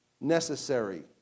necessary